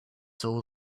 saw